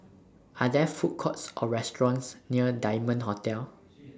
Are There Food Courts Or restaurants near Diamond Hotel